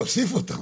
תוסיף אותם.